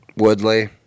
woodley